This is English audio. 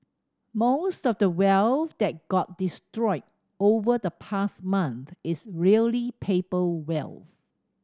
most of the wealth that got destroyed over the past month is really paper wealth